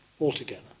altogether